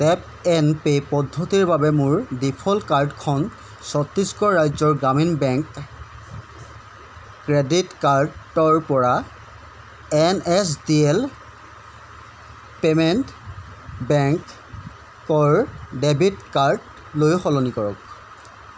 tap and pay পদ্ধতিৰ বাবে মোৰ ডিফ'ল্ট কাৰ্ডখন ছত্তিশগড় ৰাজ্য গ্ৰামীণ বেংক ক্ৰেডিট কাৰ্ডৰপৰা N S D L payment বেংকৰ ডেবিট কাৰ্ডলৈ সলনি কৰক